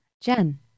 jen